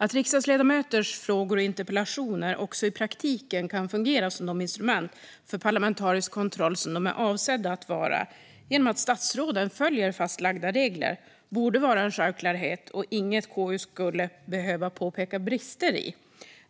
Att riksdagsledamöters frågor och interpellationer också i praktiken kan fungera som de instrument för parlamentarisk kontroll de är avsedda att vara genom att statsråden följer fastlagda regler borde vara en självklarhet och inget som KU skulle behöva påpeka brister i.